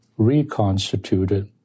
reconstituted